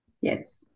yes